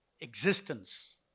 existence